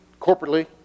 corporately